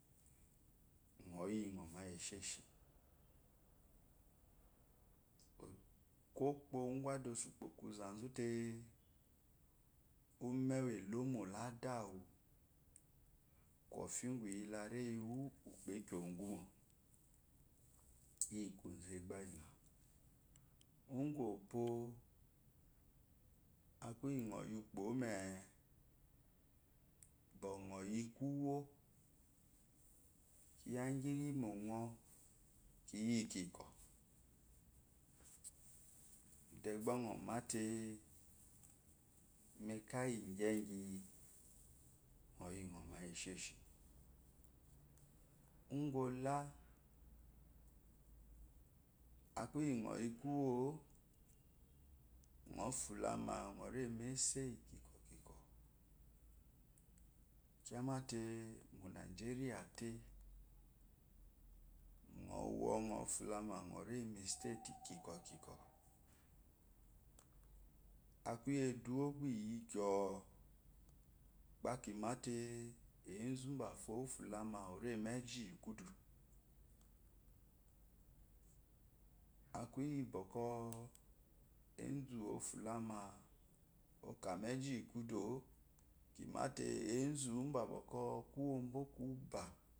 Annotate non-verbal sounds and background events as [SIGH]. Kopo ugú ada sukpo kuzá zute ume uwú elomo lá adawu, reshi ingyi eye la reyin wu ukno ekyo wu gyi mó ugu-op` aku uqu ŋŋ yi ukpo me ŋɔ yi ku yo kiya ingyi irimo ŋ ki yi kikw deba ŋə mate [HESITATION] ugu ola aku iyi ŋɔyi kuwé ŋɔ fulama ŋore mu ese ikyokpo kpamáte onazeria te ŋewe ŋ futla ma mai mu estate ikikwo ikwo aku iyi eduwo ba iyi gwo le ba kimate ezuu uba fyo ofuza ma ore mu ezhi iyi kudú akú iyi bəkə ezuu ofula má əkamu ezhi iyi kudu kima te ezu uba kuyo kuba.